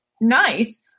nice